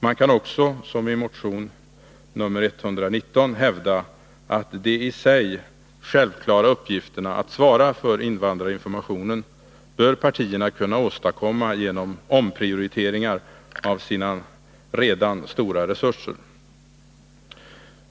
Man kan också, som i motion nr 119, hävda att partierna genom omprioriteringar av sina redan stora resurser bör kunna klara de i sig självklara uppgifterna att svara för invandrarinformationen.